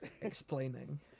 explaining